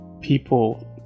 people